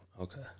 Okay